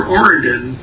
oregon